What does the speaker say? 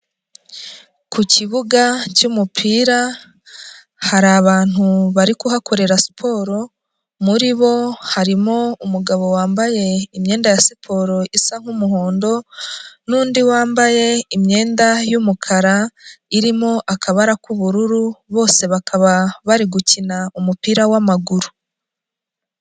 Ku kibuga cy'umupira, hari abantu bari kuhakorera siporo. Muri bo harimo umugabo wambaye imyenda ya siporo isa nk'umuhondo, nundi wambaye imyenda y'umukara, irimo akabara k'ubururu. Bose bakaba bari gukina umupira w'amaguru.